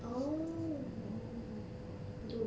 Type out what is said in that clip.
oh